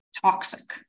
toxic